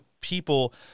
people